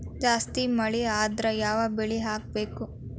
ಜಾಸ್ತಿ ಮಳಿ ಆದ್ರ ಯಾವ ಬೆಳಿ ಹಾಕಬೇಕು?